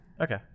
Okay